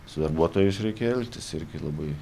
su darbuotojais reikia elgtis irgi labai